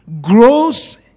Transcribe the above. grows